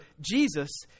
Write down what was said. Jesus